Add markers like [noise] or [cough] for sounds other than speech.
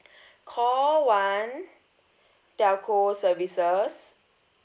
[breath] call one telco services